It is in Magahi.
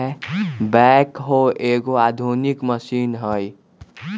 बैकहो एगो आधुनिक मशीन हइ